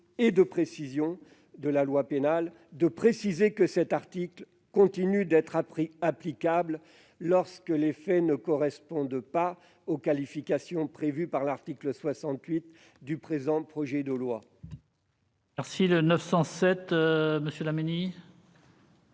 et de précision de la loi pénale, de souligner que cet article continue d'être applicable lorsque les faits ne correspondent pas aux qualifications prévues par l'article 68 du présent projet de loi.